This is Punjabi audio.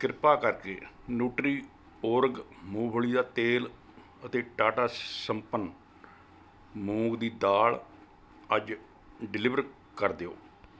ਕਿਰਪਾ ਕਰਕੇ ਨੁਟਰੀਓਰਗ ਮੂੰਗਫਲੀ ਦਾ ਤੇਲ ਅਤੇ ਟਾਟਾ ਸੰਪੰਨ ਮੂੰਗ ਦੀ ਦਾਲ ਅੱਜ ਡਿਲੀਵਰ ਕਰ ਦਿਓ